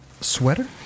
sweater